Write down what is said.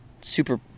super